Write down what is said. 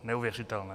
Neuvěřitelné.